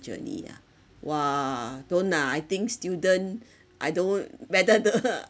journey ah !wah! don't ah I think student I don't better the